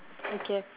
okay